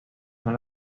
son